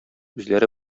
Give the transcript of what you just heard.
үзләре